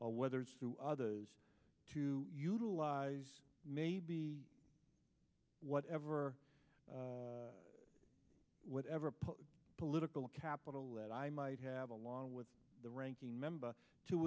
whether it's to others to utilize maybe whatever whatever political capital that i might have along with the ranking member to